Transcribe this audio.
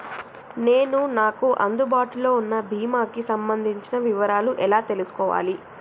నేను నాకు అందుబాటులో ఉన్న బీమా కి సంబంధించిన వివరాలు ఎలా తెలుసుకోవాలి?